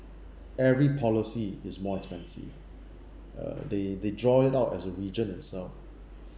every policy is more expensive uh they they draw it out as a region itself